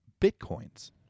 Bitcoins